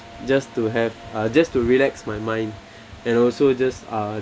just to have uh just to relax my mind and also just ah